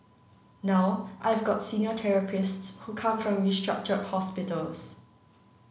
now I've got senior therapists who come from restructured hospitals